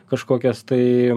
kažkokias tai